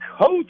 coach